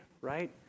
Right